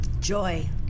Joy